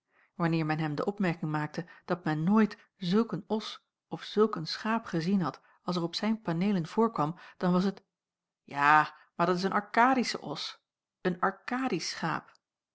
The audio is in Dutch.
wanneer men hem de opmerking maakte dat men nooit zulk een os of zulk een schaap gezien had als er op zijn paneelen voorkwam dan was het ja maar dat is een arkadische os een arkadisch schaap